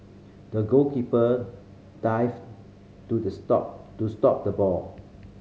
the goalkeeper dived to the stop to stop the ball